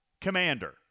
Commander